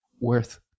worth